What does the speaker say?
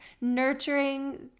nurturing